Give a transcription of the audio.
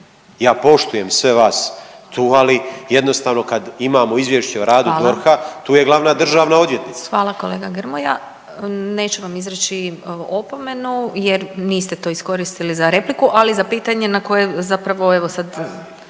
Ja poštujem sve vas tu, ali jednostavno kad imamo izvješće o radu DORH-a …/Upadica: Hvala./… tu je glavna državna odvjetnica. **Glasovac, Sabina (SDP)** Hvala kolega Grmoja, neću vam izreći opomenu jer niste to iskoristili za repliku, ali za pitanje na koje zapravo evo sad